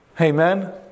Amen